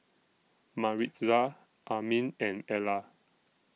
Maritza Armin and Ellar